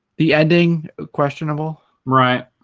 the ending questionable right